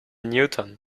newton